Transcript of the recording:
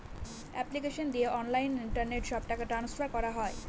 application দিয়ে online internet সব টাকা ট্রান্সফার করা হয়